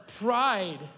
pride